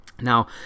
Now